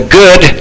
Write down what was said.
good